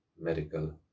medical